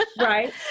Right